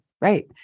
right